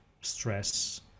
stress